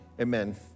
amen